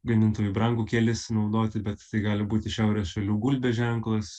gamintojui brangu kelis naudoti bet tai gali būti šiaurės šalių gulbės ženklas